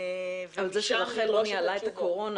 אבל זה שרח"ל לא ניהלה את הקורונה,